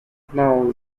know